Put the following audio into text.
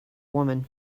woman